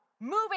moving